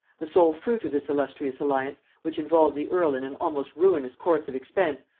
the sole fruit of this illustrious alliance, which involved the earl in an almost ruinous course of expense,